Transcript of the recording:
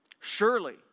surely